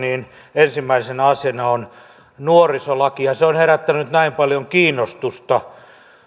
ensimmäisenä asiana on nuorisolaki ja että se on herättänyt näin paljon kiinnostusta